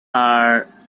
are